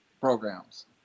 programs